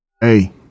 Hey